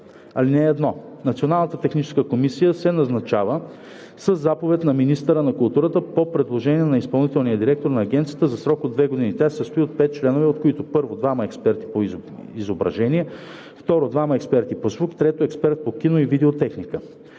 „Чл. 12. (1) Националната техническа комисия се назначава със заповед на министъра на културата по предложение на изпълнителния директор на агенцията за срок от две години. Тя се състои от 5 членове, от които: 1. двама експерти по изображение; 2. двама експерти по звук; 3. експерт по кино- и видеотехника.“